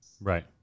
Right